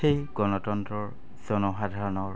সেই গণতন্ত্ৰৰ জনসাধাৰণৰ